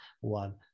one